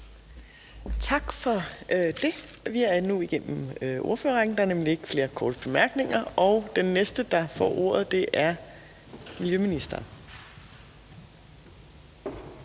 Tak for det. Vi er nu igennem ordførerrækken, der er nemlig ikke flere korte bemærkninger. Og den næste, der får ordet, er miljøministeren.